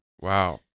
Wow